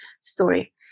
story